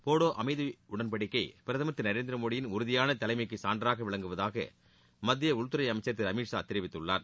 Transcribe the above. போடோ அமைதி உடன்படிக்கை பிரதமர் திரு நரேந்திரமோடியின் உறுதியான தலைமைக்கு சான்றாக விளங்குவதாக மத்திய உள்துறை அமைச்சர் திரு அமித்ஷா தெரிவித்துள்ளார்